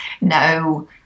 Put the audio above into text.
No